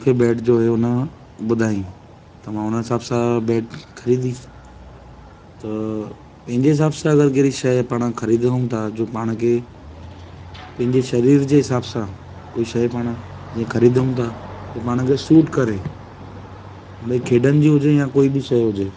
मूंखे बैट जो हुयो न ॿुधाईं त मां हुन हिसाब सां बैट ख़रीदी त पंहिंजे हिसाब सां अगरि कहिड़ी शइ पाण ख़रीदियुमि त अॼु पाण खे पंहिंजे शरीर जे हिसाब सां कोई शइ पाण जे ख़रीदियुमि त जो पाण खे सूट करे ऐं भई खेॾनि जी हुजे या कोई बि शइ हुजे